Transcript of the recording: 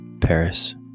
Paris